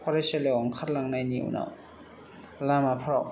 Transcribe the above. फरायसालियाव ओंखारलांनायनि उनाव लामाफ्राव